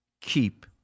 keep